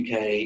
UK